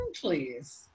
please